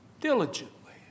Diligently